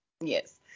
Yes